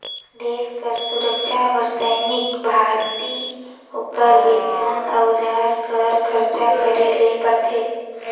देस कर सुरक्छा बर सैनिक भरती, ओकर बेतन, अउजार कर खरचा करे ले परथे